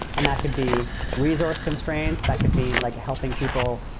and that could be resource constraints. that could be like helping people,